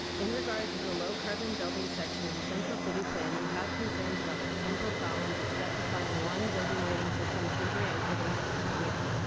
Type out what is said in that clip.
in regard to the low carbon building section of the central city plan we have concerns about the potential problems that specific fiing one building rating system can bring other the next twenty years.